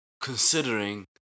considering